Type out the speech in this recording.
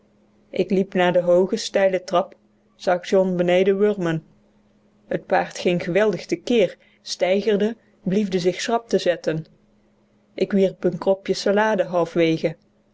ik liep naar de hooge steile trap zag john beneden wurmen het paard ging geweldig te keer steigerde bliefde zich schrap te zetten ik wierp een kropje salade halfwege